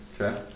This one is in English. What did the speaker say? Okay